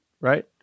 right